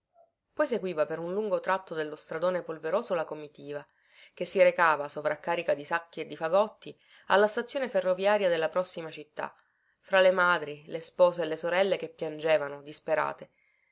poi seguiva per un lungo tratto dello stradone polveroso la comitiva che si recava sovraccarica di sacchi e di fagotti alla stazione ferroviaria della prossima città fra le madri le spose e le sorelle che piangevano disperate